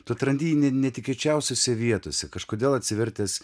tu atrandi jį ne netikėčiausiose vietose kažkodėl atsivertęs